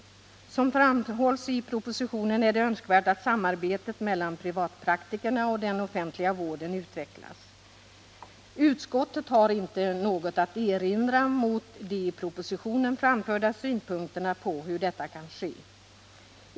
Såsom framhålls i propositionen är det önskvärt att samarbetet mellan privatpraktikerna och den offentliga vården utvecklas. Utskottet har inte något att erinra mot de i propositionen framförda synpunkterna på hur detta kan ske.